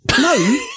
no